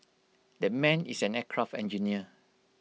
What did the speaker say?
that man is an aircraft engineer